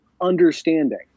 understanding